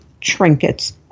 trinkets